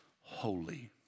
holy